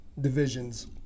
divisions